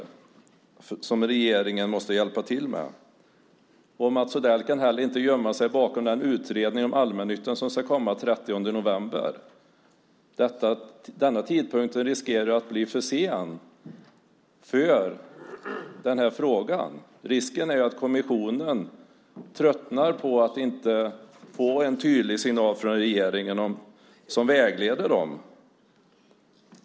Där måste regeringen hjälpa till. Mats Odell kan inte heller gömma sig bakom den utredning om allmännyttan som ska presenteras den 30 november. Med denna tidpunkt finns risken att det blir för sent för frågan. Risken finns ju att kommissionen tröttnar på att från regeringen inte få en tydlig signal som vägleder dem.